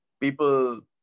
people